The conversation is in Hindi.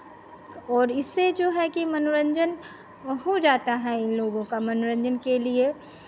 और इससे जो है कि मनोरंजन हो जाता है इनलोगों का मनोरंजन के लिये